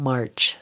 March